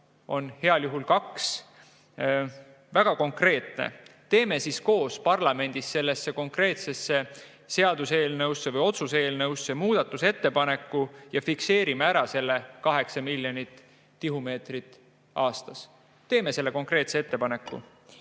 on heal juhul kaks, väga konkreetne: teeme koos parlamendis sellesse konkreetsesse seaduseelnõusse või otsuse eelnõusse muudatusettepaneku ja fikseerime ära selle 8 miljonit tihumeetrit aastas. Teeme selle konkreetse ettepaneku.